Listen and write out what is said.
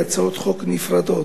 להצעות חוק נפרדות,